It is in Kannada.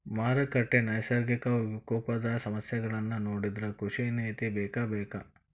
ಮಾರುಕಟ್ಟೆ, ನೈಸರ್ಗಿಕ ವಿಪಕೋಪದ ಸಮಸ್ಯೆಗಳನ್ನಾ ನೊಡಿದ್ರ ಕೃಷಿ ನೇತಿ ಬೇಕಬೇಕ